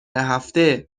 هفته